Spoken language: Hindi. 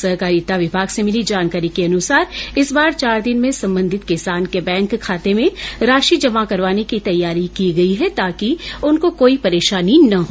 सहकारिता विभाग से मिली जानकारी के अनुसार इस बार चार दिन में संबंधित किसान के बैंक खाते में राशि जमा करवाने की तैयारी की गयी है ताकि उनको कोई परेशानी न हो